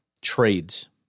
trades